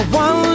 one